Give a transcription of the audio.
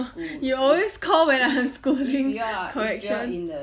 you always call when I'm schooling correction